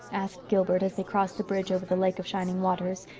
asked gilbert as they crossed the bridge over the lake of shining waters,